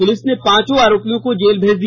police ने पांचों आरोपियों को जेल र्भेज दिया